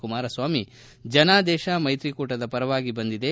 ಕುಮಾರ ಸ್ವಾಮಿ ಜನಾದೇಶ ಮೈತ್ರಿಕೂಟದ ಪರವಾಗಿ ಬಂದಿದೆ